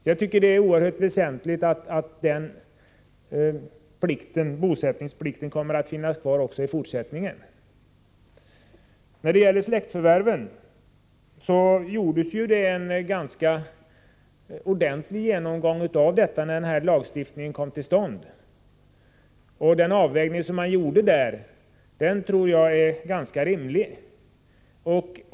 Jag tycker att det är oerhört väsentligt att bosättningsplikten finns kvar också i fortsättningen. När det gäller släktförvärven gjordes en ganska ordentlig genomgång när lagstiftningen kom till stånd. Den avvägning som man då gjorde tror jag är ganska rimlig.